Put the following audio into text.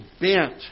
bent